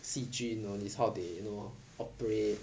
细菌 all these how they you know operate